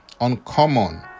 Uncommon